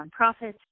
nonprofits